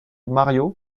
mariott